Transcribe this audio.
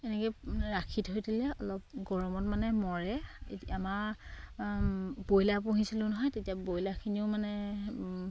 এনেকে ৰাখি থৈ দিলে অলপ গৰমত মানে মৰে আমাৰ ব্ৰইলাৰ পুহিছিলোঁ নহয় তেতিয়া ব্ৰইলাৰখিনিও মানে